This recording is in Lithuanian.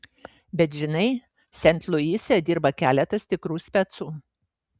bet žinai sent luise dirba keletas tikrų specų